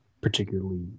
particularly